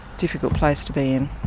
difficult place to be in.